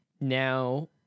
now